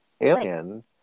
Alien